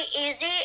easy